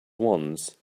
once